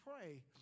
pray